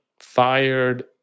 fired